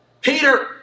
Peter